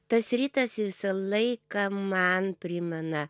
tas rytas visą laiką man primena